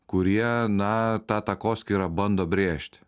kurie na tą takoskyrą bando brėžti